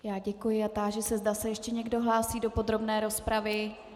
Já děkuji a táži se, zda se ještě někdo hlásí do podrobné rozpravy.